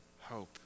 hope